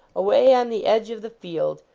away on the edge of the field,